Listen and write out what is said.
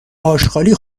آشغالی